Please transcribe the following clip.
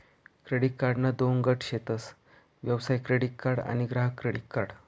credit कार्डना दोन गट शेतस व्यवसाय क्रेडीट कार्ड आणि ग्राहक क्रेडीट कार्ड